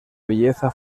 belleza